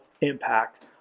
impact